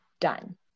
Done